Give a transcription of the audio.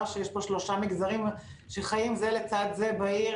שיש פה שלושה מגזרים שחיים זה לצד זה בעיר,